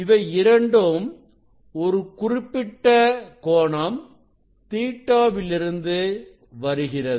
இவை இரண்டும் ஒரு குறிப்பிட்ட கோணம் Ɵ விலிருந்து வருகிறது